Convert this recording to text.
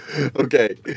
Okay